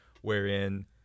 wherein